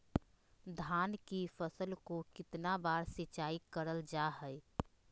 धान की फ़सल को कितना बार सिंचाई करल जा हाय?